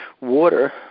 water